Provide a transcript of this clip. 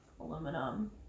aluminum